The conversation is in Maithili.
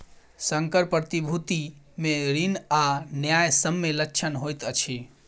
संकर प्रतिभूति मे ऋण आ न्यायसम्य लक्षण होइत अछि